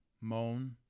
moan